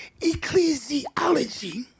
ecclesiology